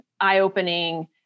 eye-opening